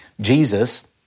Jesus